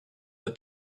the